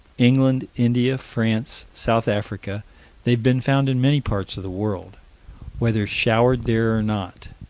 england, india, france, south africa they've been found in many parts of the world whether showered there or not.